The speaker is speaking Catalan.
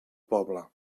poble